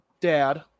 dad